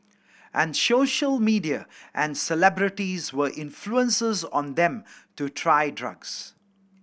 and social media and celebrities were influences on them to try drugs